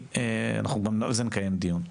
אנחנו גם על זה נקיים דיון.